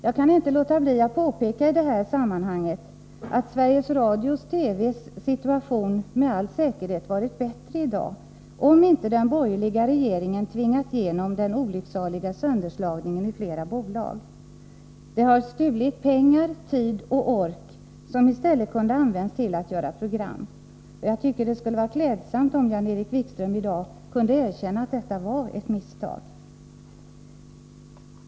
Jag kan inte låta bli att i det här sammanhanget påpeka att situationen för Sveriges Radio/TV med all säkerhet hade varit bättre i dag om inte den borgerliga regeringen tvingat igenom den olycksaliga sönderslagningen i flera bolag. Den har stulit pengar, tid och ork, som i stället kunde ha använts till att göra program. Jag tycker att det vore klädsamt om Jan-Erik Wikström i dag kunde erkänna att detta var ett misstag.